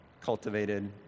cultivated